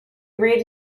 read